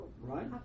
right